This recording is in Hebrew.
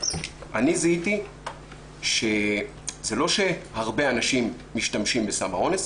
אני זיהיתי שזה לא שהרבה אנשים משתמשים בסם האונס,